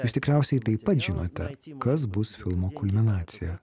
jūs tikriausiai taip pat žinote kas bus filmo kulminacija